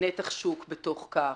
נתח שוק בתוך כך,